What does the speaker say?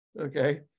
Okay